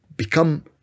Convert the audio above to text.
Become